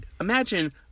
imagine